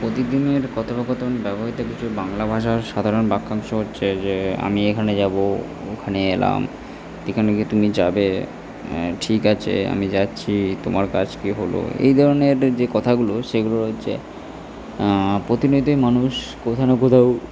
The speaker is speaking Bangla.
প্রতিদিনের কথোপকথন ব্যবহৃত কিছু বাংলা ভাষার সাধারণ বাক্যাংশ হচ্ছে যে আমি এখানে যাব ওখানে এলাম এখানে কি তুমি যাবে ঠিক আছে আমি যাচ্ছি তোমার কাজ কি হল এই ধরনের যে কথাগুলো সেগুলো হচ্ছে প্রতিনিয়তই মানুষ কোথাও না কোথাও